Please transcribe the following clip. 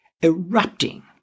erupting